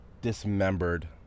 dismembered